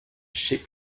ship